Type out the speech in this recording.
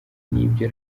n’ibyo